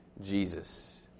Jesus